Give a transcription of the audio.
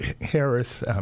Harris